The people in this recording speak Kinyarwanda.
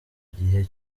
gihe